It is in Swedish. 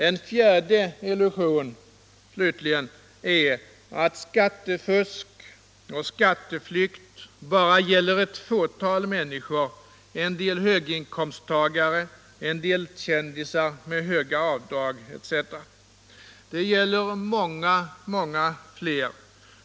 En fjärde illusion slutligen är tron att skattefusk och skatteflykt bara gäller ett fåtal människor, en del höginkomsttagare och en del kändisar med höga avdrag etc. Men det gäller många, många fler.